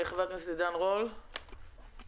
חבר הכנסת עידן רול, בבקשה.